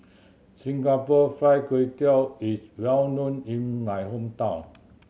Singapore Fried Kway Tiao is well known in my hometown